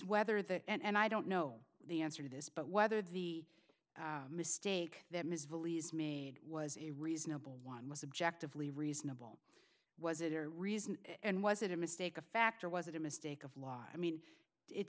whether that and i don't know the answer to this but whether the mistake that ms vollies made was a reasonable one was subjectively reasonable was it her reason and was it a mistake a fact or was it a mistake of law i mean it